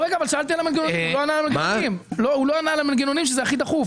רגע, הוא לא ענה על המנגנונים, שזה הכי דחוף.